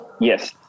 Yes